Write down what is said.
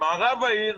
במערב העיר,